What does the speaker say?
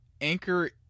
Anchor